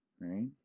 Right